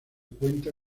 cuenta